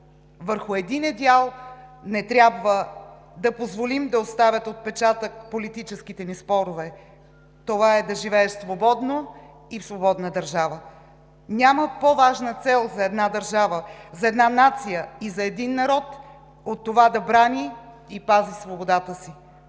Върху един идеал не трябва да позволим да оставят отпечатък политическите ни спорове – това е да живееш свободно и в свободна държава. Няма по-важна цел за една държава, за една нация и за един народ от това да брани и пази свободата си!